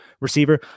receiver